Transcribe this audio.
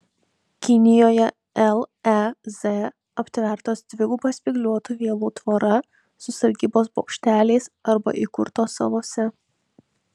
kinijoje lez aptvertos dviguba spygliuotų vielų tvora su sargybos bokšteliais arba įkurtos salose